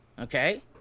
Okay